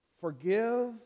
forgive